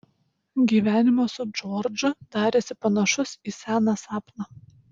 gyvenimas su džordžu darėsi panašus į seną sapną